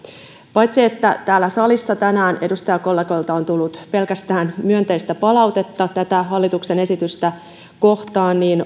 paitsi että täällä salissa tänään edustajakollegoilta on tullut pelkästään myönteistä palautetta tätä hallituksen esitystä kohtaan niin